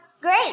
great